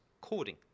coding